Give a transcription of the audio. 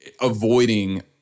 avoiding